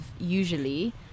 usually